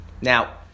Now